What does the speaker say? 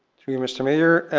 through you, mr. mayor,